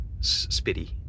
spitty